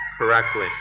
correctly